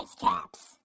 caps